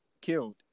killed